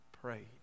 prayed